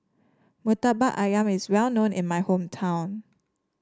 murtabak ayam is well known in my hometown